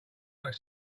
like